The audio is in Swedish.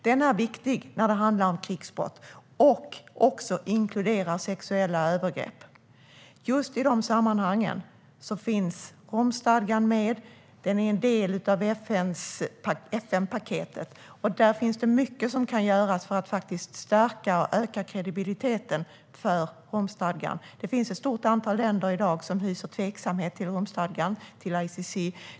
Den är viktig när det handlar om krigsbrott och inkluderar också sexuella övergrepp. Just i de sammanhangen finns Romstadgan med. Den är en del av FN-paketet, och där finns det mycket som kan göras för att stärka och öka kredibiliteten för Romstadgan. Det finns ett stort antal länder i dag som hyser tveksamhet till Romstadgan och till ICC.